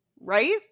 right